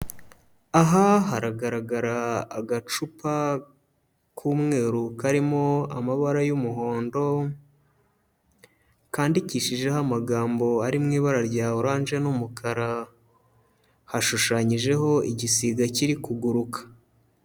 Aha haragaragara agacupa k'umweru karimo amabara y'umuhondo, kandikishijeho amagambo ari mu ibara rya oranje n'umukara, hashushanyijeho igisiga kiri kuguruka.